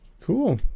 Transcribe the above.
Cool